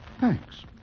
Thanks